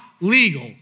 legal